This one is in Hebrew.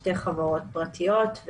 שתי חברות פרטיות.